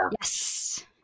Yes